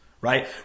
right